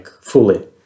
fully